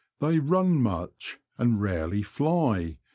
they run much, and rarely fly,